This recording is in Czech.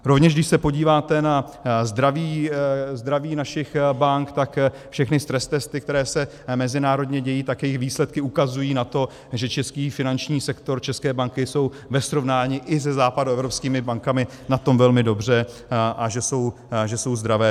Rovněž když se podíváte na zdraví našich bank, tak všechny stress testy, které se mezinárodně dějí, tak jejich výsledky ukazují na to, že český finanční sektor, české banky jsou ve srovnání i se západoevropskými bankami na tom velmi dobře a že jsou zdravé.